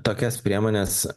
tokias priemones